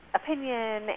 opinion